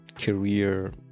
career